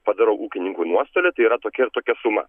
padarau ūkininkui nuostolį tai yra tokia ir tokia suma